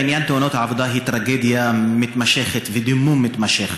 עניין תאונות העבודה הוא טרגדיה מתמשכת ודימום מתמשך.